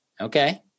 Okay